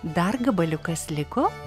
dar gabaliukas liko